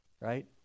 right